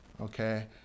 Okay